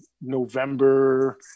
November